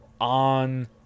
on